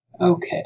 okay